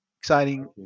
Exciting